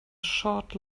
short